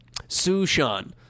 Sushan